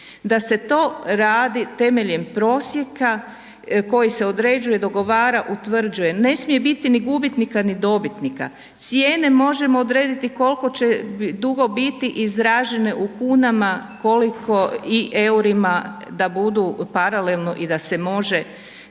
da se to radi temeljem prosjeka koji se određuje, dogovara, utvrđuje. Ne smije biti ni gubitnika, ni dobitnika. Cijene možemo odrediti koliko će dugo biti izražene u kunama, koliko i EUR-ima da budu paralelno i da se može to pratiti.